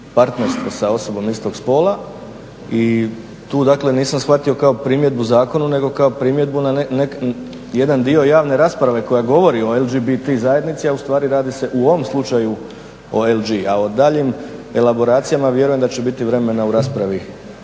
partnerstvo sa osobom istog spola i tu nisam shvatio kao primjedbu zakonu nego kao primjedbu na jedan dio javne rasprave koja govori o LGBT zajednici, a ustvari radi se u ovom slučaju o LG. A o daljim elaboracijama vjerujem da će biti vremena u raspravi